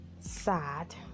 sad